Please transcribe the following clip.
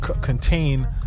contain